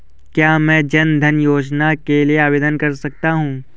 क्या मैं जन धन योजना के लिए आवेदन कर सकता हूँ?